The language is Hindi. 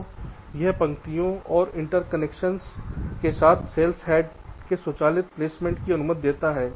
तो यह पंक्तियों और इंटरकनेक्शंस के साथ सेल्स हैंड के स्वचालित प्लेसमेंट की अनुमति देता है